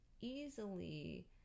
easily